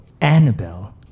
Annabelle